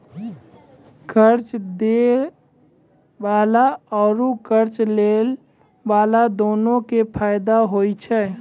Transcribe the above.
कर्जा दै बाला आरू कर्जा लै बाला दुनू के फायदा होय छै